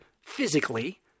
physically